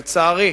לצערי,